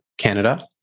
Canada